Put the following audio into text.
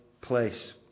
place